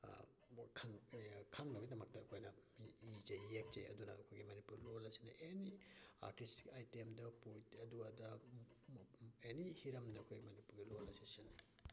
ꯈꯪꯅꯕꯒꯤꯗꯃꯛꯇ ꯑꯩꯈꯣꯏꯅ ꯏꯖꯩ ꯌꯦꯛꯆꯩ ꯑꯗꯨꯅ ꯑꯩꯈꯣꯏꯒꯤ ꯃꯅꯤꯄꯨꯔꯤ ꯂꯣꯟ ꯑꯁꯤꯗꯤ ꯑꯦꯅꯤ ꯑꯥꯔꯇꯤꯁꯀꯤ ꯑꯥꯏꯇꯦꯝꯗ ꯄꯣꯏꯠ ꯑꯗꯨ ꯑꯗꯥ ꯑꯦꯅꯤ ꯍꯤꯔꯝꯗ ꯑꯩꯈꯣꯏ ꯃꯅꯤꯄꯨꯔꯤ ꯂꯣꯟ ꯑꯁꯤ ꯁꯤꯖꯤꯟꯅꯩ